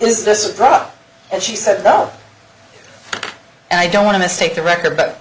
is this rock and she said elf and i don't want to mistake the record but